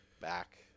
back